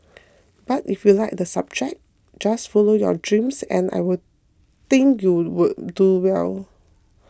but if you like the subject just follow your dreams and I will think you'll do well